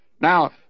Now